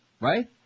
right